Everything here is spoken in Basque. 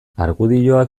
argudioak